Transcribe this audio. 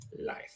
life